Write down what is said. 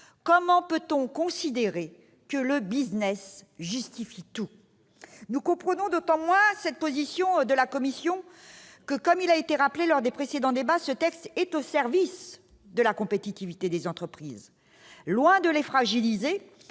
Comment peut-on considérer que le justifie tout ? Nous comprenons d'autant moins cette position de la commission que, comme cela a déjà été souligné lors des précédentes lectures, ce texte est au service de la compétitivité des entreprises. Loin de les fragiliser,